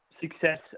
success